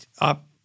up